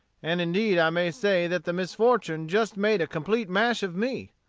and indeed i may say that the misfortune just made a complete mash of me.